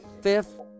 fifth